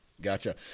gotcha